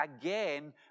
again